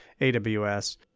AWS